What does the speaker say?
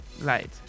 light